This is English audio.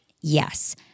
yes